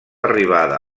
arribada